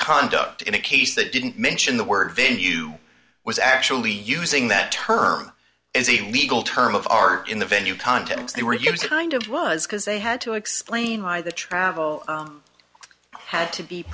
conduct in a case that didn't mention the word venue was actually using that term is a legal term of art in the venue context they were using kind of was because they had to explain why the travel had to be